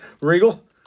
Regal